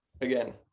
again